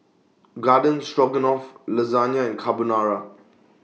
Garden Stroganoff Lasagna and Carbonara